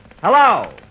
Hello